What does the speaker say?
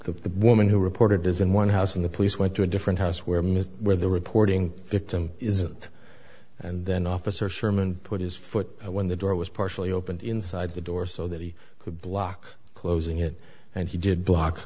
the woman who reported is in one house and the police went to a different house where me where the reporting victim is and then officer sherman put his foot when the door was partially opened inside the door so that he could block closing it and he did block